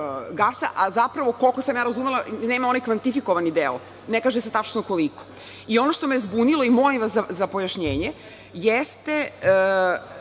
gasova, a zapravo, koliko sam ja razumela, nema onaj kvantifikovani deo, ne kaže se tačno koliko. Ono što me je zbunilo i molim vas za pojašnjenje jeste,